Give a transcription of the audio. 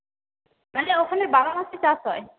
তাহলে ওখানে বারো মাসই চাষ হয়